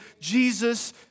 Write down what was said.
Jesus